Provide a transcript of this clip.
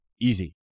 Easy